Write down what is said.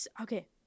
okay